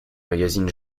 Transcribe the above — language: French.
magazines